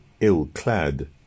ill-clad